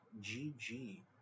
G-G